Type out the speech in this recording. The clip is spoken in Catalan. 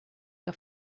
que